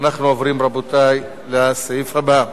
אנחנו עוברים, רבותי, לסעיף הבא,